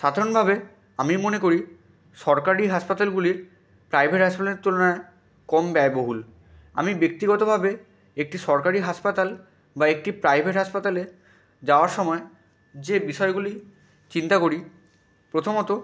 সাধারণভাবে আমি মনে করি সরকারি হাসপাতালগুলির প্রাইভেট হাসপাতালের তুলনায় কম ব্যয়বহুল আমি ব্যক্তিগতভাবে একটি সরকারি হাসপাতাল বা একটি প্রাইভেট হাসপাতালে যাওয়ার সময় যে বিষয়গুলি চিন্তা করি প্রথমত